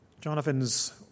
Jonathan's